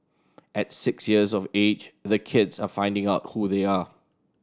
at six years of age the kids are finding out who they are